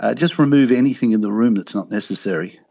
ah just remove anything in the room that's not necessary,